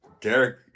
derek